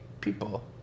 people